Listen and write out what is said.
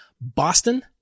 Boston